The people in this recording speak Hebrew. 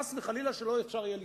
חס וחלילה שלא אפשר יהיה לסטות.